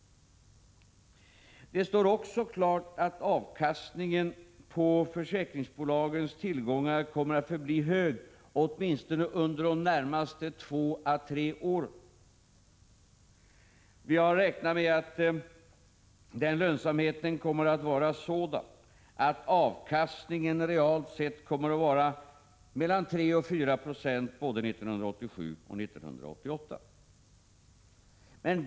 Det står också klart att avkastningen på försäkringsbolagens tillgångar kommer att förbli hög åtminstone under de närmaste två tre åren. Vi har räknat med att lönsamheten kommer att vara sådan att avkastningen reellt sett kommer att vara mellan 3 och 4 96 både 1987 och 1988.